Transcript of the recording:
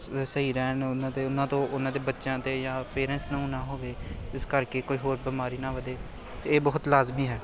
ਸਹੀ ਰਹਿਣ ਉਹਨਾਂ ਤੋਂ ਉਹਨਾਂ ਤੋਂ ਉਹਨਾਂ ਦੇ ਬੱਚਿਆਂ ਤੋਂ ਜਾਂ ਪੇਰੈਂਟਸ ਨੂੰ ਨਾ ਹੋਵੇ ਇਸ ਕਰਕੇ ਕੋਈ ਹੋਰ ਬਿਮਾਰੀ ਨਾ ਵਧੇ ਅਤੇ ਇਹ ਬਹੁਤ ਲਾਜ਼ਮੀ ਹੈ